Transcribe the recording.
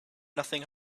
nothing